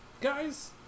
Guys